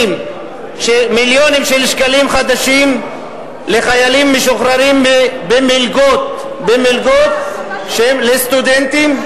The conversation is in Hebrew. של שקלים חדשים לחיילים משוחררים במלגות שהן לסטודנטים.